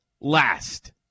last